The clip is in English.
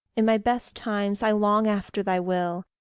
in my best times i long after thy will,